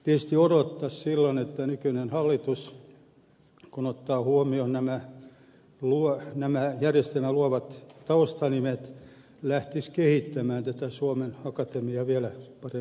tietysti odottaisi silloin että nykyinen hallitus kun ottaa huomioon nämä järjestelmän luoneet taustanimet lähtisi kehittämään tätä suomen akatemiaa vielä parempaan tulokseen